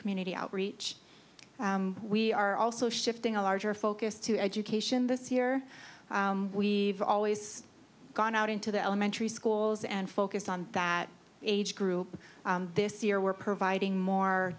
community outreach we are also shifting a larger focus to education this year we've always gone out into the elementary schools and focused on that age group this year we're providing more